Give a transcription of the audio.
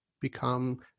become